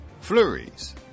flurries